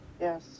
yes